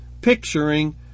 picturing